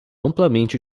amplamente